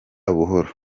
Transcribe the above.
buhoro